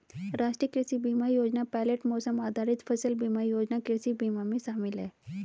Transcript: राष्ट्रीय कृषि बीमा योजना पायलट मौसम आधारित फसल बीमा योजना कृषि बीमा में शामिल है